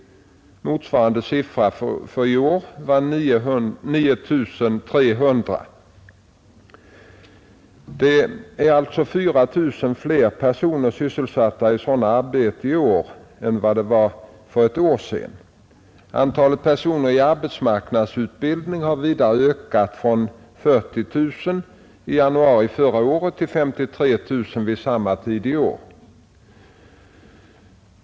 Motsvarande siffra för i år var 9 300. Det är alltså 4 000 fler personer sysselsatta i sådana arbeten i år än vad det var för ett år sedan. Antalet personer i arbetsmarknadsutbildning har vidare ökat från 40 000 i januari förra året till 53 000 vid samma tid i år.